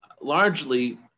largely